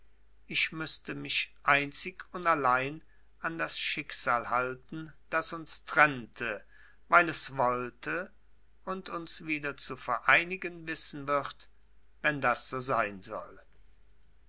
ich müßte mich einzig und allein an das schicksal halten das uns trennte weil es wollte und uns wieder zu vereinigen wissen wird wenn das so sein soll